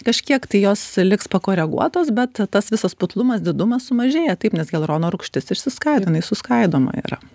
kažkiek tai jos liks pakoreguotos bet tas visas putlumas didumas sumažėja taip nes hialurono rūgštis išsiskaido jinai suskaidoma yra